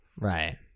right